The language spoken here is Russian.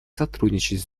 сотрудничать